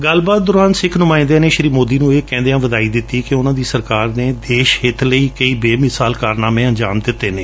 ਗੱਲਬਾਤ ਦੌਰਾਨ ਸਿੱਖ ਨੁਮਾਇੰਦਿਆਂ ਨੇ ਸ਼੍ਸੀ ਮੋਦੀ ਨੂੰ ਇਹ ਕਹਿੰਦਿਆਂ ਵਧਾਈ ਦਿੱਤੀ ਕਿ ਉਨੂਾਂ ਦੀ ਸਰਕਾਰ ਨੇ ਦੇਸ਼ ਹਿੱਤ ਲਈ ਕਈ ਬੇਮਿਸਾਲ ਕਾਰਨਾਮੇ ਅੰਜਾਮ ਦਿੱਤੇ ਦੇ